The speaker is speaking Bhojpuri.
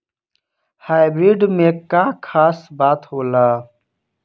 हाइब्रिड में का खास बात होला?